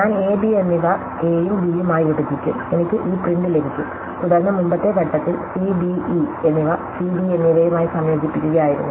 ഞാൻ a b എന്നിവ A യും ബിയും ആയി വിഭജിക്കും എനിക്ക് ഈ പ്രിന്റ് ലഭിക്കും തുടർന്ന് മുമ്പത്തെ ഘട്ടത്തിൽ c d e എന്നിവ c d e എന്നിവയുമായി സംയോജിപ്പിക്കുകയായിരുന്നു